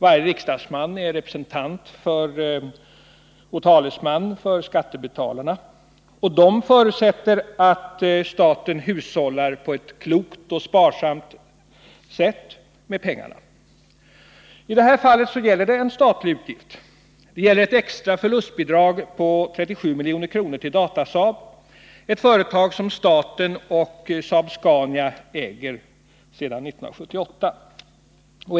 Varje riksdagsman är representant och talesman för skattebetalarna, och dessa förutsätter att staten använder pengarna på ett klokt och sparsamt sätt. I detta fall gäller det en statlig utgift, ett extra förlustbidrag på 37 milj.kr. till Datasaab, som är ett företag som staten och Saab-Scania AB äger sedan 1978.